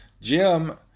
Jim